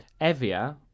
Evia